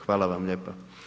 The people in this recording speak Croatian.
Hvala vam lijepa.